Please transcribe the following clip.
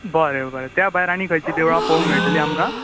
बरें बरें त्या भायर आनीक खंयची देवळां पोवंक मेळटली आमकां